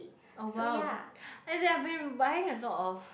a while and they've been buying a lot of